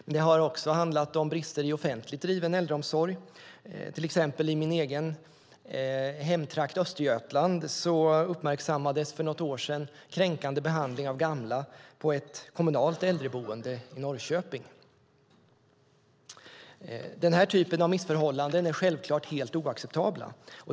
Men det har också handlat om brister i offentligt driven äldreomsorg. Till exempel i min hemtrakt Östergötland uppmärksammades för något år sedan kränkande behandling av gamla på ett kommunalt äldreboende i Norrköping. Den här typen av missförhållanden är självklart helt oacceptabla.